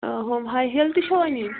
آ ہُم ہاے ہیٖل تہِ چھَوا نِنۍ